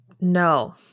No